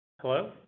Hello